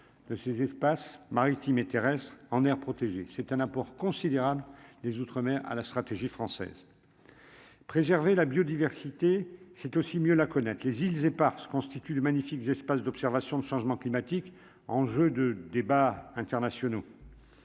de ces espaces maritimes et terrestres en aires protégées, c'est un apport considérable des Outre-mer à la stratégie française. Préserver la biodiversité c'est aussi mieux la connaître les îles Eparses constituent le magnifique espace d'observation de changement climatique, enjeu de débats internationaux,